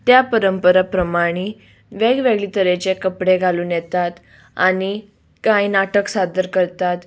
त्या परंपरा प्रमाणे वेगवेगळे तरेचे कपडे घालून येतात आनी कांय नाटक सादर करतात